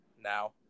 now